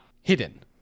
hidden